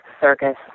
circus